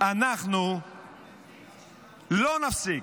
אנחנו לא נפסיק.